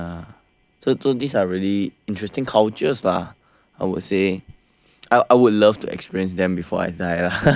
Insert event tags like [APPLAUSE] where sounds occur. so so these are really interesting cultures lah I would say I would love to experience them before I die ah [LAUGHS]